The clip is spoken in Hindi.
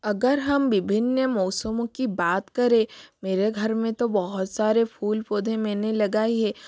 अगर हम विभिन्न मौसमों की बात करें मेरे घर में तो बहुत सारे फूल पौधे मैंने लगाए है